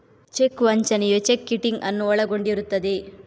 check ವಂಚನೆಯು cheque kiting ಅನ್ನು ಒಳಗೊಂಡಿರುತ್ತದೆ